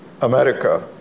America